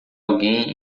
alguém